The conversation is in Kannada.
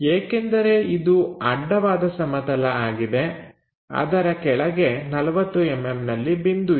ಏಕೆಂದರೆ ಇದು ಅಡ್ಡವಾದ ಸಮತಲ ಆಗಿದೆ ಅದರ ಕೆಳಗೆ 40mmನಲ್ಲಿ ಬಿಂದು ಇದೆ